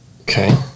okay